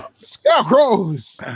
Scarecrows